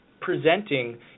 presenting